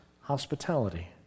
hospitality